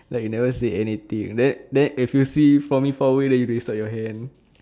like you never say anything then then if you see for me far away that you raise up your hand